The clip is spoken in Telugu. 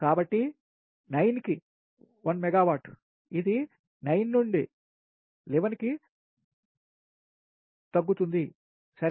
కాబట్టి 9 కి 1 మెగావాట్ఇది 9 నుండి 11 కి తగ్గుతుంది సరే